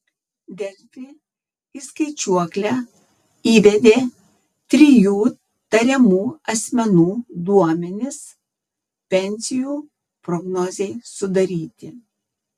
delfi į skaičiuoklę įvedė trijų tariamų asmenų duomenis pensijų prognozei sudaryti